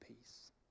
peace